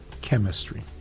chemistry